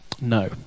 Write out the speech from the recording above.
No